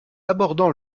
abordant